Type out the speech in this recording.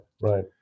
Right